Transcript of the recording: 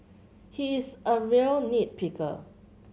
he is a real nit picker